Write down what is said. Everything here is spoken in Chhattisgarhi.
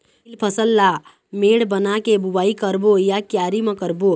तील फसल ला मेड़ बना के बुआई करबो या क्यारी म करबो?